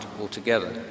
altogether